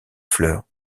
fleurs